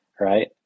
right